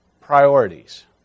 priorities